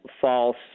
false